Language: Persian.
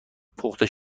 پخته